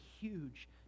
huge